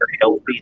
healthy